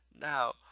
Now